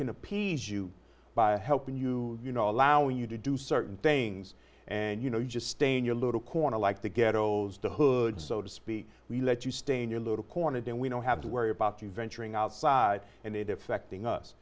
appease you by helping you you know allow you to do certain things and you know just stay in your little corner like the ghettos the hood so to speak we let you stay in your little corner then we don't have to worry about you venturing outside and it affecting us